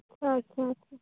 ᱟᱪᱪᱷᱟ ᱟᱪᱪᱷᱟ